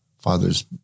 fathers